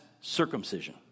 circumcision